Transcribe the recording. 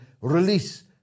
release